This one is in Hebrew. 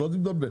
שלא תתבלבל.